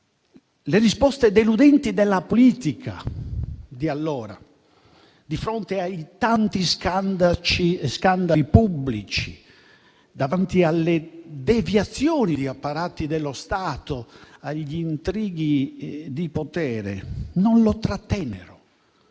Le risposte deludenti della politica di allora di fronte ai tanti scandali pubblici, alle deviazioni di apparati dello Stato e agli intrighi di potere non lo trattennero